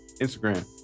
Instagram